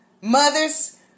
Mothers